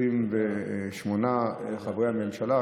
מ-28 חברי הממשלה.